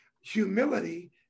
humility